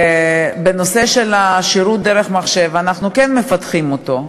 בנושא של שירות דרך מחשב, אנחנו כן מפתחים אותו,